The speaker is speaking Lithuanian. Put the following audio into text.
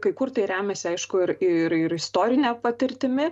kai kur tai remiasi aišku ir ir ir istorine patirtimi